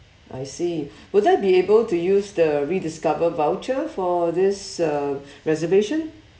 I see will I be able to use the rediscover voucher for this uh reservation